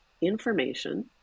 information